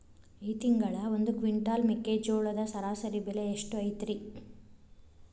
ಈ ತಿಂಗಳ ಒಂದು ಕ್ವಿಂಟಾಲ್ ಮೆಕ್ಕೆಜೋಳದ ಸರಾಸರಿ ಬೆಲೆ ಎಷ್ಟು ಐತರೇ?